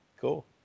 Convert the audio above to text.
cool